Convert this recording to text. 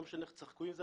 לא משנה איך תשחקו עם זה,